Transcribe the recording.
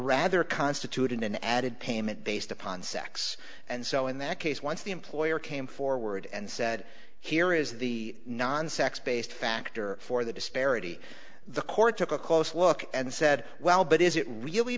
rather constituted an added payment based upon sex and so in that case once the employer came forward and said here is the non sex based factor for the disparity the court took a close look and said well but is it really